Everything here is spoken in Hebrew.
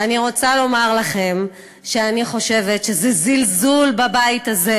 ואני רוצה לומר לכם שאני חושבת שזה זלזול בבית הזה,